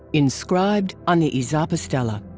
inscribed on the izapa stela.